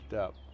up